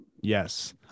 yes